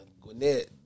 Gwinnett